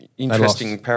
Interesting